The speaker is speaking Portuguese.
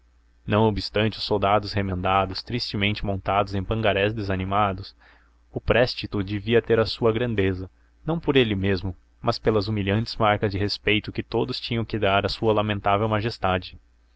não obstante os soldados remendados tristemente montados em pangarés desanimados o prestígio devia ter a sua grandeza não por ele mesmo mas pelas humilhantes marcas de respeito que todos tinham que dar à sua lamentável majestade